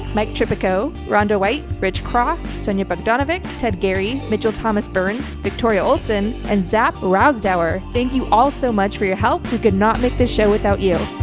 mike tropico, ronda white, rich croft, sonya bogdanovic, ted gary mitchell, thomas burns, victoria olsen, and zach rousdower. thank you all so much for your help. we could not make this show without you